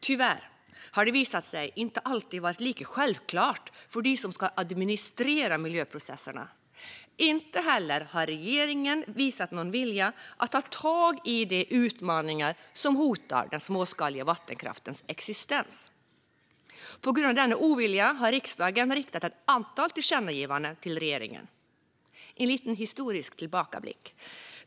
Tyvärr har det visat sig inte alltid vara lika självklart för dem som ska administrera miljöprocesserna. Inte heller har regeringen visat någon vilja att ta tag i de utmaningar som hotar den småskaliga vattenkraftens existens. På grund av denna ovilja har riksdagen riktat ett antal tillkännagivanden till regeringen. Låt mig göra en liten historisk tillbakablick.